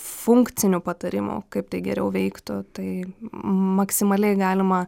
funkcinių patarimų kaip tai geriau veiktų tai maksimaliai galima